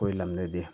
ꯑꯩꯈꯣꯏ ꯂꯝꯗꯗꯤ